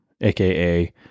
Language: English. aka